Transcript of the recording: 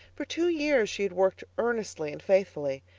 for two years she had worked earnestly and faithfully,